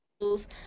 tools